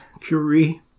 Curie